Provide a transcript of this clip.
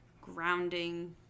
grounding